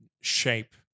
shape